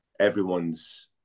everyone's